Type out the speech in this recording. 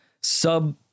sub